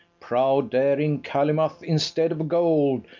proud daring calymath, instead of gold,